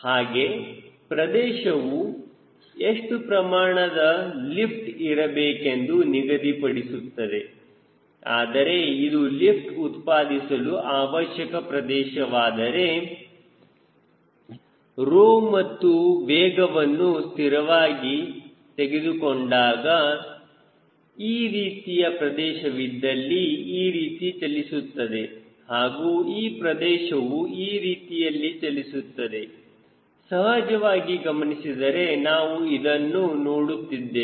ಹಾಗೆ ಪ್ರದೇಶವು ಎಷ್ಟು ಪ್ರಮಾಣದ ಲಿಫ್ಟ್ ಇರಬೇಕೆಂದು ನಿಗದಿಪಡಿಸುತ್ತದೆ ಆದರೆ ಇದು ಲಿಫ್ಟ್ ಉತ್ಪಾದಿಸಲು ಅವಶ್ಯಕ ಪ್ರದೇಶವಾದರೆ 𝜌 ಮತ್ತು ವೇಗವನ್ನು ಸ್ಥಿರವಾಗಿ ತೆಗೆದುಕೊಂಡಾಗ ಈ ರೀತಿಯ ಪ್ರದೇಶ ವಿದ್ದಲ್ಲಿ ಈ ರೀತಿ ಚಲಿಸುತ್ತದೆ ಹಾಗೂ ಈ ಪ್ರದೇಶವು ಈ ರೀತಿಯಲ್ಲಿ ಚಲಿಸುತ್ತದೆ ಸಹಜವಾಗಿ ಗಮನಿಸಿದರೆ ನಾವು ಇದನ್ನು ನೋಡುತ್ತಿದ್ದೇವೆ